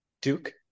Duke